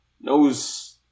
knows